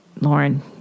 Lauren